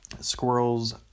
squirrel's